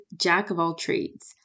jack-of-all-trades